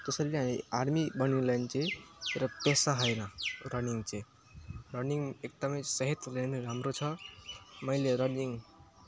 त्यसरी नै हामी आर्मी बन्नुको लागि चाहिँ र पेसा हैन रनिङ चाहिँ रनिङ एकदमै सेहतलाई नि राम्रो छ मैले रनिङ